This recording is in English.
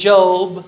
Job